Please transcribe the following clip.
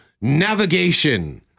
navigation